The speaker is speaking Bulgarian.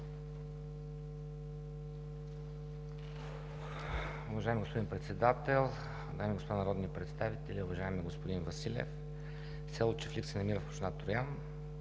Уважаеми господин Председател, дами и господа народни представители! Уважаеми господин Василев, село Чифлик се намира в община Троян,